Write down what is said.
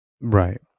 Right